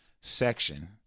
section